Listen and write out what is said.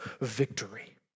victory